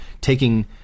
taking –